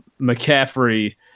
McCaffrey